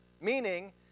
meaning